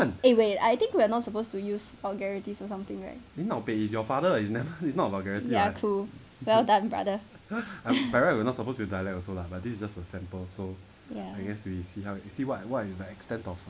eh wait I think we are not supposed to use vulgarities or something right ya true well done brother ya